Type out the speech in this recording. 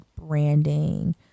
branding